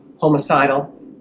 homicidal